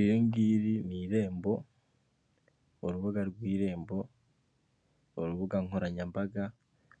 Iri ngiri ni irembo urubuga rw'irembo, urubuga nkoranyambaga